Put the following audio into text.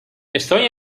estoy